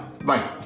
Bye